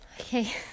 Okay